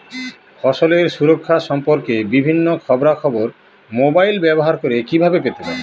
ফসলের সুরক্ষা সম্পর্কে বিভিন্ন খবরা খবর মোবাইল ব্যবহার করে কিভাবে পেতে পারি?